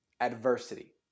Adversity